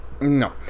no